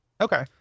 Okay